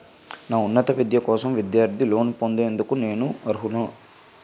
నా ఉన్నత విద్య కోసం విద్యార్థి లోన్ పొందేందుకు నేను అర్హులా?